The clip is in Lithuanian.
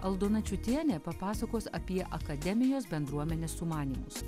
aldona čiutienė papasakos apie akademijos bendruomenės sumanymus